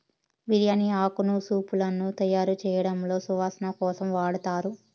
బిర్యాని ఆకును సూపులను తయారుచేయడంలో సువాసన కోసం వాడతారు